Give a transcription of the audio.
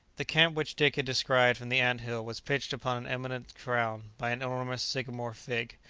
the camp which dick had descried from the ant-hill was pitched upon an eminence crowned by an enormous sycamore-fig,